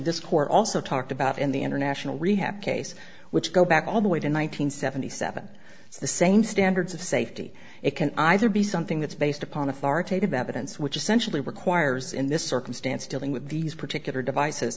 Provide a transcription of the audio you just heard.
disk or also talked about in the international rehab case which go back all the way to one nine hundred seventy seven the same standards of safety it can either be something that's based upon authoritative evidence which essentially acquires in this circumstance dealing with these particular devices